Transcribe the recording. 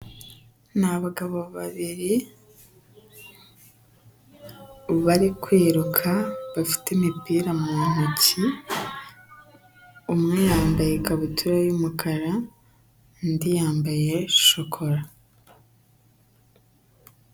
Ni abagabo babiri bari kwiruka bafite imipira mu ntoki, umwe yambaye ikabutura y'umukara undi yambaye shokora.